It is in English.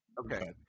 Okay